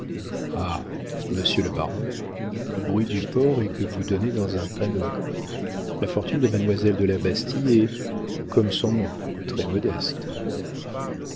monsieur le baron le bruit du port est que vous donnez dans un panneau la fortune de mademoiselle de la bastie est comme son nom très modeste